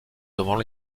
devant